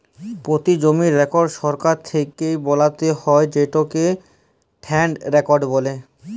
পতি জমির রেকড় সরকার থ্যাকে বালাত্যে হয় যেটকে ল্যান্ড রেকড় বলে